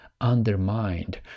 undermined